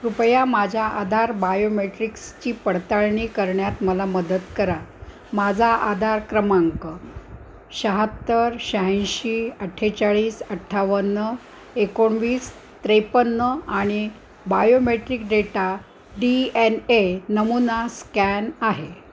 कृपया माझ्या आधार बायोमेट्रिक्सची पडताळणी करण्यात मला मदत करा माझा आधार क्रमांक शहात्तर शह्याऐंशी अठ्ठेचाळीस अठ्ठावन्न एकोणवीस त्रेपन्न आणि biometric data D N A नमुना स्कॅन आहे